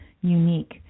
unique